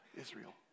Israel